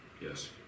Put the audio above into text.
yes